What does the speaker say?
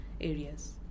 areas